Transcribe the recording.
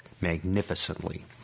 magnificently